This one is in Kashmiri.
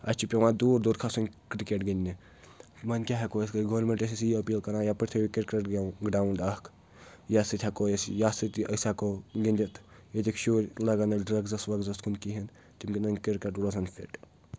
اَسہِ چھِ پٮ۪وان دوٗر دوٗر کھَسُن کِرکٹ گِنٛدنہِ یِمن کیٛاہ ہٮ۪کو أۍ کٔرِتھ گورمنٛٹ ٲس أسۍ یہِ أپیٖل کَران یپٲرۍ تھٲیِوِ کرکٹ گرٛاوُنٛڈ اَکھ یَتھ سۭتۍ ہٮ۪کو أسۍ یَتھ سۭتۍ یہِ أسۍ ہٮ۪کو گِنٛدِتھ ییٚتِکۍ شُرۍ لَگن نہٕ ڈرٛگزَس وگزَس کِہیٖنۍ تِم گِنٛدن کِرکَٹ روزان فِٹ